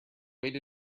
wait